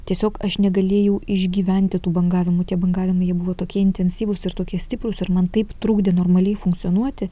tiesiog aš negalėjau išgyventi tų bangavimų tie bangavimai jie buvo tokie intensyvūs ir tokie stiprūs ir man taip trukdė normaliai funkcionuoti